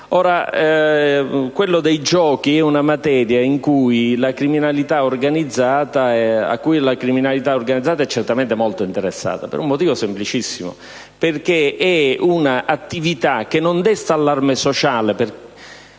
concreto. Ai giochi la criminalità organizzata è certamente molto interessata, per un motivo semplicissimo: perché è un'attività che non desta allarme sociale